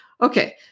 okay